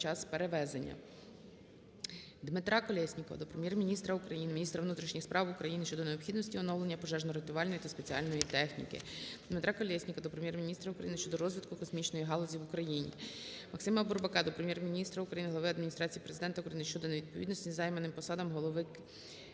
Дмитра Колєснікова до Прем'єр-міністра України, міністра внутрішніх справ України щодо необхідності оновлення пожежно-рятувальної та спеціальної техніки. Дмитра Колєснікова до Прем'єр-міністра України щодо розвитку космічної галузі в Україні. Максима Бурбака до Прем'єр-міністра України, глави Адміністрації Президента України щодо невідповідності займаним посадам голови